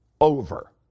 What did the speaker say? over